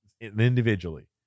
individually